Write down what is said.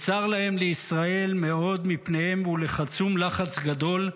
וצר להם לישראל מאוד מפניהם ולחצום לחץ גדול,